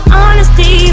honesty